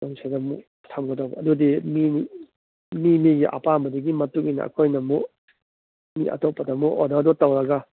ꯑꯩꯈꯣꯏ ꯁꯤꯗ ꯑꯃꯨꯛ ꯊꯝꯒꯗꯕ ꯑꯗꯨꯗꯤ ꯃꯤ ꯃꯤꯃꯤꯒꯤ ꯑꯄꯥꯝꯕꯗꯨꯒꯤ ꯃꯇꯨꯡꯏꯟꯅ ꯑꯩꯈꯣꯏꯅ ꯑꯃꯨꯛ ꯃꯤ ꯑꯇꯣꯞꯄꯗ ꯑꯃꯨꯛ ꯑꯣꯗꯔꯗꯣ ꯇꯧꯔꯒ